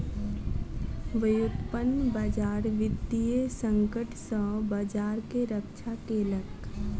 व्युत्पन्न बजार वित्तीय संकट सॅ बजार के रक्षा केलक